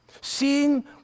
Seeing